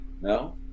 No